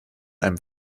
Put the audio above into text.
einem